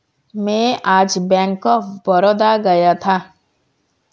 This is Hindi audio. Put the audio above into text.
मैं आज बैंक ऑफ बड़ौदा गया था